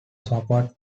supports